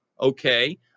okay